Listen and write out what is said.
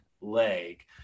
leg